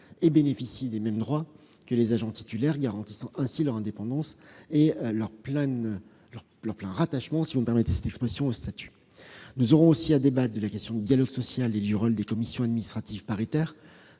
et bénéficient des mêmes droits que les agents titulaires, garantissant ainsi leur indépendance et leur plein rattachement, si vous me permettez cette expression, au statut. Nous devrons aussi débattre du dialogue social et du rôle des commissions administratives paritaires,